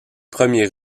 premiers